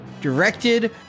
directed